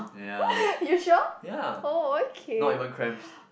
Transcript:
you sure oh okay